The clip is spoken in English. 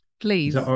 Please